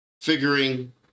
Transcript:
figuring